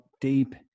deep